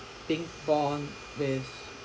being born with